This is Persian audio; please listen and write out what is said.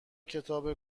کتاب